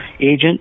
agent